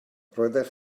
roeddech